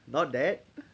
not that one